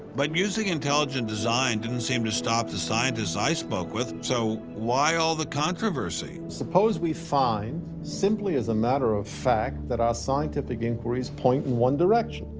but using intelligent design didn't seem to stop the scientists i spoke with. so why all the controversy? suppose we find, simply as a matter of fact, that our scientific inquiries point in one direction.